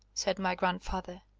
said my grandfather,